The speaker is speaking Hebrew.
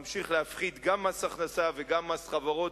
נמשיך להפחית גם מס הכנסה וגם מס חברות,